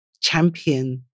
champion